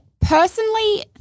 personally